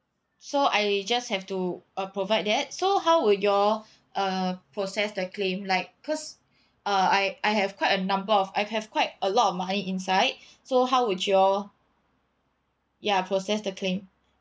so I just have to uh provide that so how would you all uh process the claim like cause uh I I have quite a number of I have quite a lot of money inside so how would you all ya process the claim